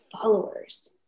followers